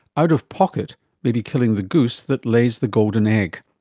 out-of-pocket may be killing the goose that lays the golden egg.